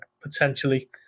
potentially